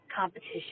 competition